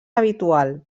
habitual